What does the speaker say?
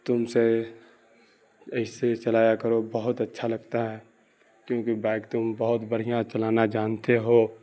تم سے ایسے ہی چلایا کرو بہت اچھا لگتا ہے کیونکہ بائک تم بہت بڑھیاں چلانا جانتے ہو